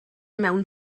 mewn